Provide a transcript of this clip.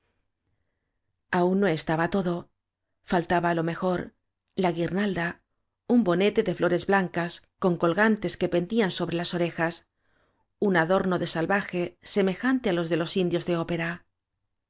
aún no estaba todo faltaba lo mejor la oaiirnalda un bonete de flores blancas con colgantes que pendían sobre las orejas un adorno cle salvaje semejante á los de los indios de ópera